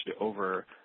over